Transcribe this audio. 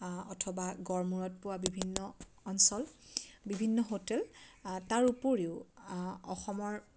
অথবা গড়মূৰত পোৱা বিভিন্ন অঞ্চল বিভিন্ন হোটেল তাৰ উপৰিও অসমৰ